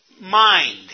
mind